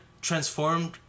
transformed